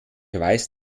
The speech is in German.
weiß